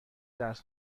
درس